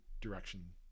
direction